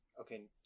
okay